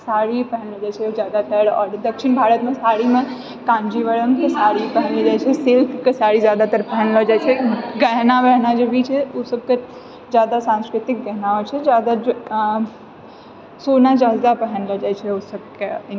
साड़ी पहिनलो जाइ छै जादातर आओर दक्षिण भारतमे साड़ीमे काञ्जीवरमके साड़ी पहिरल जाइ छै सिल्कके साड़ी जादातर पहिनलो जाइ छै गहना वहना जो भी छै ओ सभके जादा सांस्कृतिक गहना होइ छै जादा ज्वे सोना जादा पहिनलो जाइ छै ओ सभकेँ